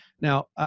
Now